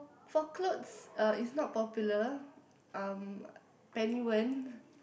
for clothes uh it's not popular um Peniwern